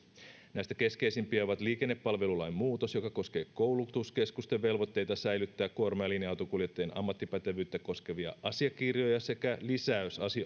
näistä keskeisimpiä ovat liikennepalvelulain muutos joka koskee koulutuskeskusten velvoitteita säilyttää kuorma ja linja autonkuljettajien ammattipätevyyttä koskevia asiakirjoja sekä lisäys